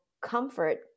comfort